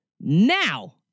Now